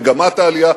מגמת העלייה,